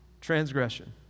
transgression